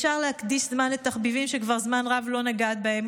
אפשר להקדיש זמן לתחביבים שכבר זמן רב לא נגעת בהם,